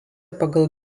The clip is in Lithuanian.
pagal